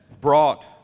brought